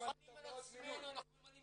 ממלאים